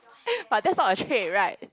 but that's not a trait right